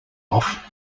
off